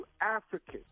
African